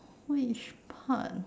which part